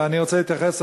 אבל אני רוצה להתייחס,